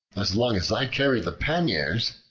as long as i carry the panniers,